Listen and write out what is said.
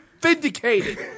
Vindicated